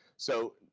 so